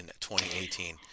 2018